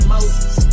Moses